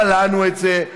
בלענו את זה,